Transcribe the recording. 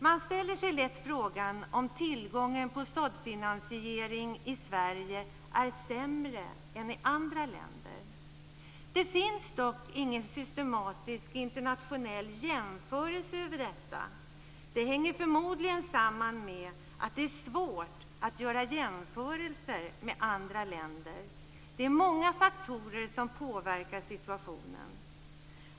Man ställer sig lätt frågan om tillgången på såddfinansiering i Sverige är sämre än i andra länder. Det finns dock ingen systematisk internationell jämförelse över detta. Det hänger förmodligen samman med att det är svårt att göra jämförelser med andra länder. Det är många faktorer som påverkar situationen.